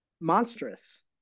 monstrous